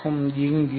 இங்கு n 123